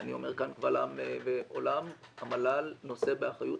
אני אומר כאן קבל עם ועולם שהמל"ל נושא באחריות